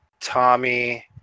Tommy